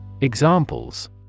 Examples